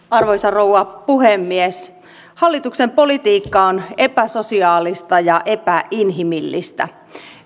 arvoisa rouva puhemies hallituksen politiikka on epäsosiaalista ja epäinhimillistä